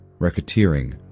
racketeering